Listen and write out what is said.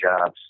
jobs